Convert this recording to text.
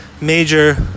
major